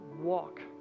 Walk